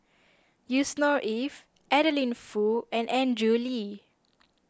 Yusnor Ef Adeline Foo and Andrew Lee